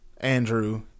Andrew